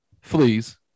fleas